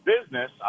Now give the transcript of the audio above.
business